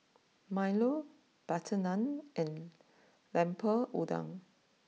Milo Butter Naan and Lemper Udang